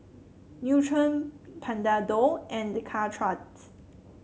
Nutren Panadol and Caltrate